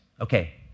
Okay